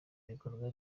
bikorwa